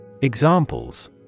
Examples